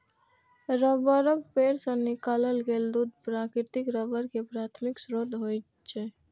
रबड़क पेड़ सं निकालल गेल दूध प्राकृतिक रबड़ के प्राथमिक स्रोत होइ छै